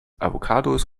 avocados